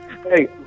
Hey